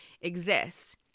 exists